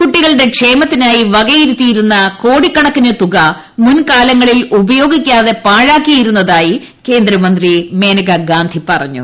കുട്ടികളുടെ ക്ഷേമത്തിനായി വകയിരുത്തിയിരുന്ന കോടിക്കണക്കിന് തുക മുൻകാലങ്ങളിൽ ഉപയോഗിക്കാതെ പാഴാക്കിയിരുന്നതായി കേന്ദ്രമന്ത്രി മുന്നേക്കാ ഗാന്ധി പറഞ്ഞു